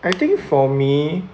I think for me